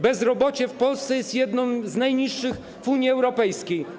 Bezrobocie w Polsce jest jednym z najniższych w Unii Europejskiej.